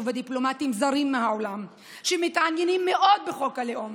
ודיפלומטים זרים מהעולם שמתעניינים מאוד בחוק הלאום.